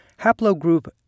Haplogroup